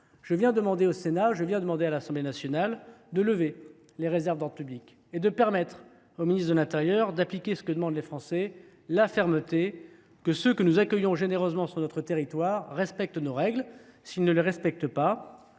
Je viens demander au Sénat et à l’Assemblée nationale de lever les réserves d’ordre public et de permettre au ministre de l’intérieur d’appliquer ce que demandent les Français : la fermeté. Que ceux que nous accueillons généreusement sur notre territoire respectent nos règles ! S’ils ne les respectent pas,